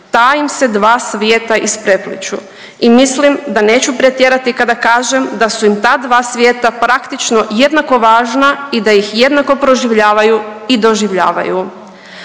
Ta im se dva svijeta isprepliću i mislim da neću pretjerati kada kažem da su im ta dva svijeta praktično jednako važna i da ih jednako proživljavaju i doživljavaju.